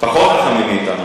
פחות חכמים מאתנו.